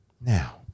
Now